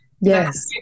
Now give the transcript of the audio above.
Yes